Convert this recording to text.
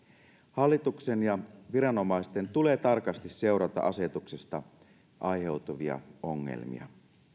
hallituksen ja viranomaisten tulee tarkasti seurata asetuksesta aiheutuvia ongelmia